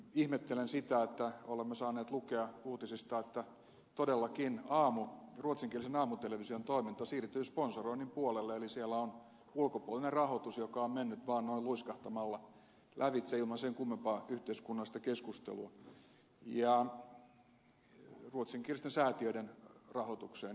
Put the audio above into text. ihmettelen sitä että olemme saaneet lukea uutisista että todellakin ruotsinkielisen aamutelevision toiminta siirtyy sponsoroinnin puolelle eli siellä on ulkopuolinen rahoitus joka on mennyt noin vaan luiskahtamalla lävitse ilman sen kummempaa yhteiskunnallista keskustelua ruotsinkielisten säätiöiden rahoitus